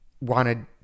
wanted